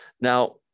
Now